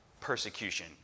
persecution